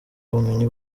ubumenyi